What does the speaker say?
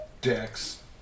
Dex